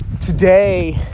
Today